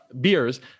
beers